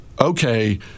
okay